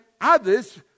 others